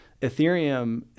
Ethereum